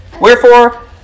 wherefore